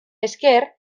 esker